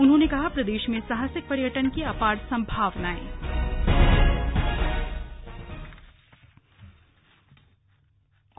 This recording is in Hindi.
उन्होंने कहा प्रदेश में साहसिक पर्यटन की अपार संभावनाएं हैं